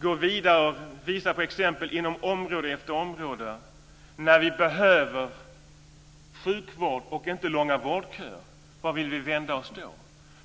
gå vidare och visa exempel på område efter område. När vi behöver sjukvård och inte långa vårdköer, vart vill vi då vända oss?